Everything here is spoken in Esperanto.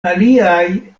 aliaj